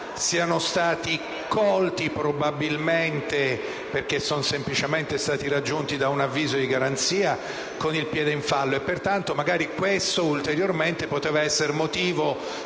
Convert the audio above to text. siano stati colti (probabilmente, perché sono semplicemente stati raggiunti da un avviso di garanzia) con il piede in fallo. Ritenevo che questo ulteriormente potesse